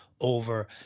over